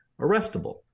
arrestable